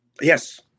Yes